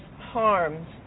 harms